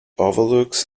overlooks